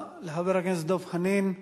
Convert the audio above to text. תודה לחבר הכנסת דב חנין.